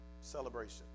Celebration